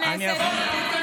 פשוט בושה,